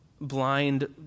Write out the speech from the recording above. blind